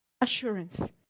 assurance